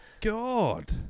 God